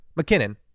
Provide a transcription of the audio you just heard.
McKinnon